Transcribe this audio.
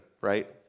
right